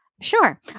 Sure